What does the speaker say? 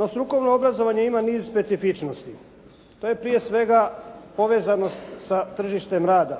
No strukovno obrazovanje ima niz specifičnosti, to je prije svega povezanost sa tržištem rada,